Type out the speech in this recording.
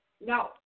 No